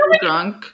drunk